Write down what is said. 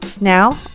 Now